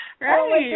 Right